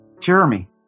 Jeremy